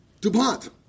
DuPont